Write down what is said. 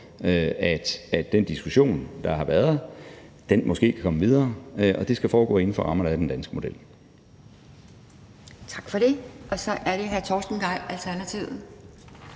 at den diskussion, der har været, måske kan komme videre, og det skal foregå inden for rammerne af den danske model. Kl. 18:21 Anden næstformand (Pia Kjærsgaard):